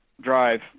Drive